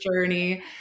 journey